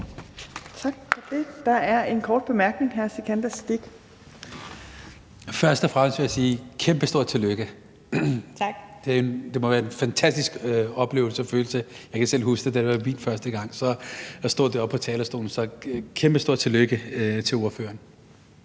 Tak for det. Der er en kort bemærkning fra hr. Sikandar Siddique. Kl. 21:02 Sikandar Siddique (UFG): Først og fremmest vil jeg sige et kæmpestort tillykke. Det må være en fantastisk oplevelse og følelse. Jeg kan selv huske det, det var vildt første gang at stå deroppe på talerstolen. Så et kæmpestort tillykke til ordføreren.